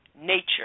nature